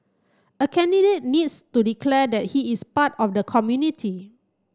a candidate needs to declare that he is part of the community